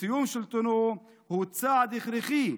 וסיום שלטונו הוא צעד הכרחי,